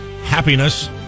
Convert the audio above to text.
happiness